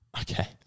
Okay